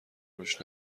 روش